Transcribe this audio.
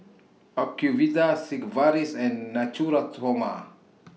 Ocuvite Sigvaris and Natura Stoma